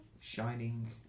Shining